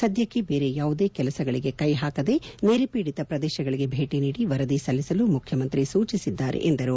ಸದ್ಯಕ್ಕೆ ಬೇರೆ ಯಾವುದೇ ಕೆಲಸಗಳಗೆ ಕೈಹಾಕದೆ ನೆರೆ ಪೀಡಿತ ಪ್ರದೇಶಗಳಿಗೆ ಭೇಟಿ ನೀಡಿ ವರದಿ ಸಲ್ಲಿಸಲು ಮುಖ್ಯಮಂತ್ರಿ ಸೂಚಿಸಿದ್ದಾರೆ ಎಂದರು